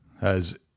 Has